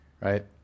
Right